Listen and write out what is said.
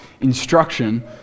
instruction